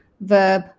verb